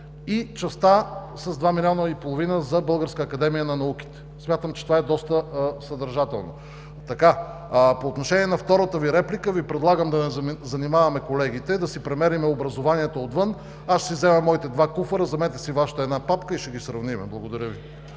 и частта с 2,5 милиона за Българската академия на науките. Смятам, че това е доста съдържателно. По отношение на втората част от Вашата реплика Ви предлагам да не занимаваме колегите, а да си премерим образованието отвън – аз ще си взема моите два куфара, вземете си Вашата една папка и ще ги сравним. (Възгласи: